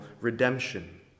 redemption